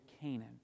Canaan